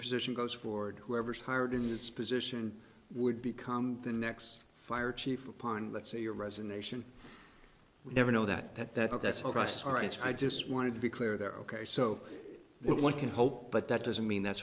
position goes forward whoever's hired in its position would become the next fire chief upon let's say your resignation never know that that that's all right all right i just wanted to be clear they're ok so one can hope but that doesn't mean that